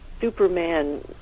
Superman